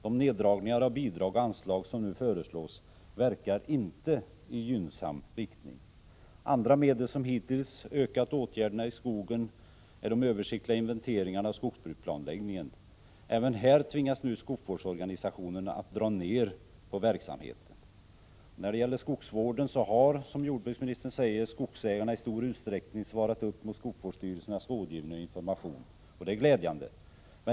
De neddragningar av bidrag och anslag som nu föreslås verkar inte i gynnsam riktning. Andra medel som hittills har ökat åtgärderna i skogen är de översiktliga inventeringarna av skogsbruksplanläggningen. Även här tvingas nu skogsvårdsorganisationen att dra ner på verksamheten. När det gäller skogsvården har, som jordbruksministern säger, skogsägarna i stor utsträckning svarat upp mot skogsvårdsstyrelsernas rådgivning och information, och det är glädjande.